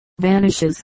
vanishes